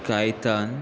Caitan